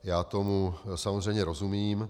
Já tomu samozřejmě rozumím.